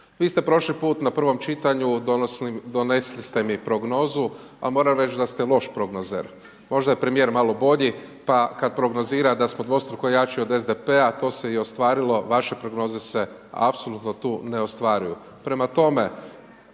Vi ste prošli put na prvom čitanju, donesli ste mi prognozu ali moram reći da ste loš prognozer. Možda je premijer malo bolji pa kad prognozira da smo dvostruko jači od SDP-a, to se i ostvarilo, vaše prognoze apsolutno tu ne ostvaruju.